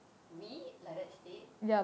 we like that state